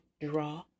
draw